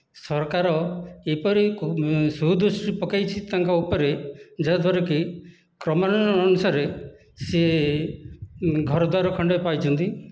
ସରକାର ଏପରି ସୁଦୃଷ୍ଟି ପକାଇଛି ତାଙ୍କ ଉପରେ ଯାହା ଦ୍ୱାରା କି କ୍ରମାନ୍ଵୟ ଅନୁସାରେ ସେ ଘରଦ୍ୱାର ଖଣ୍ଡିଏ ପାଇଛନ୍ତି